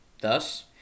Thus